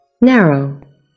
Narrow